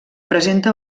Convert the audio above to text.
presenta